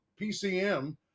PCM